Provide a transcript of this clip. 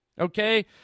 Okay